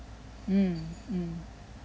hmm um